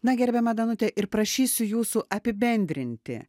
na gerbiama danute ir prašysiu jūsų apibendrinti